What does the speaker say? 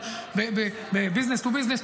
אבל בביזנס-טו-ביזנס,